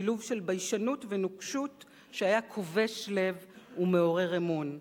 שילוב של ביישנות ונוקשות שהיה כובש לב ומעורר אמון.